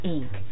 Inc